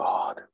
God